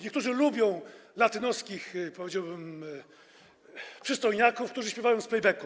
Niektórzy lubią latynoskich, powiedziałbym, przystojniaków, którzy śpiewają z playbacku.